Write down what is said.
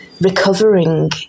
recovering